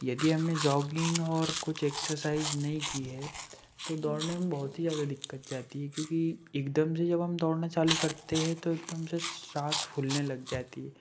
यदि हमने जॉगिंग और कुछ एक्सरसाइज नहीं की है तो दौड़ने में बहुत ही ज़्यादा दिक्कत जाती है क्योंकि एकदम से जब हम दौड़ना चालू करते हैं तो एकदम से साँस फूलने लग जाती है